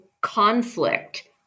conflict